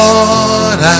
Lord